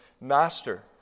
Master